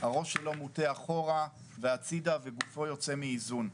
הראש שלו מוטה אחורה והצידה וגופו יוצא מאיזון.